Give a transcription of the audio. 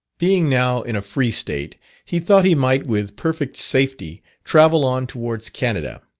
being now in a free state, he thought he might with perfect safety travel on towards canada.